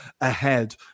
ahead